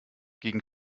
gegen